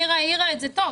נירה העירה את זה טוב,